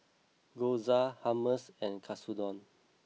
Gyoza Hummus and Katsudon